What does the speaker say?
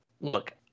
Look